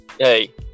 Hey